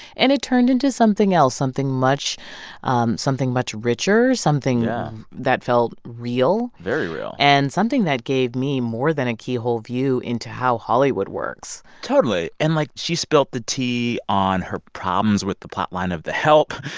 and it turned into something else something much um something much richer, something that felt real. very real. and something that gave me more than a keyhole view into how hollywood works totally, and, like, she spilt the tea on her problems with the plotline of the help.